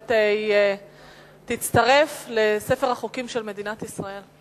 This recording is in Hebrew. ובאמת היא תצטרף לספר החוקים של מדינת ישראל.